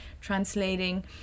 translating